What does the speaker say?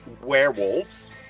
werewolves